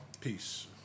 Peace